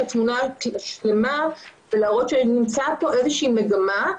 התמונה השלמה ולהראות שנמצאת כאן איזושהי מגמה.